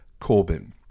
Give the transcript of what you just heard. Corbyn